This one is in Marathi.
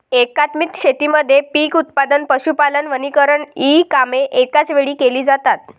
एकात्मिक शेतीमध्ये पीक उत्पादन, पशुपालन, वनीकरण इ कामे एकाच वेळी केली जातात